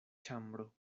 ĉambro